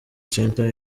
center